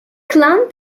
clun